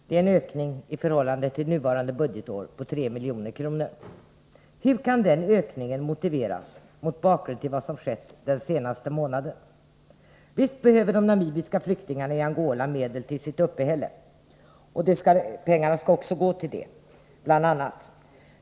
Det är en ökning i förhållande till nuvarande budgetår på 3 milj.kr. Hur kan den ökningen motiveras mot bakgrund av vad som skett den senaste månaden? Visst behöver de namibiska flyktingarna i Angola medel till sitt uppehälle, och pengarna skall också bl.a. gå till det.